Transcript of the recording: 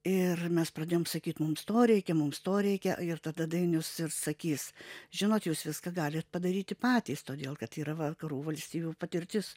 ir mes pradėjom sakyt mums to reikia mums to reikia ir tada dainius ir sakys žinot jūs viską galit padaryti patys todėl kad yra vakarų valstybių patirtis